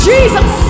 Jesus